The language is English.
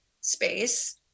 space